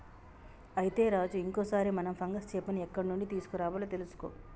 అయితే రాజు ఇంకో సారి మనం ఫంగస్ చేపని ఎక్కడ నుండి తీసుకురావాలో తెలుసుకో